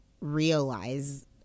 realize